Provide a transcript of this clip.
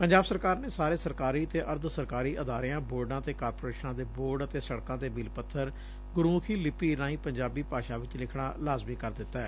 ਪੰਜਾਬ ਸਰਕਾਰ ਨੇ ਸਾਰੇ ਸਰਕਾਰੀ ਤੇ ਅਰਧ ਸਰਕਾਰੀ ਅਦਾਰਿਆਂ ਬੋਰਡਾਂ ਤੇ ਕਾਰਪੋਰੇਸ਼ਨਾਂ ਦੇ ਬੋਰਡ ਅਤੇ ਸੜਕਾਂ ਦੇ ਮੀਲ ਪੱਬਰ ਗੁਰਮੁਖੀ ਲਿਪੀ ਰਾਹੀ ਪੰਜਾਬੀ ਭਾਸ਼ਾ ਵਿਚ ਲਿਖਣਾ ਲਾਜ਼ਮੀ ਕਰ ਦਿੱਤੈ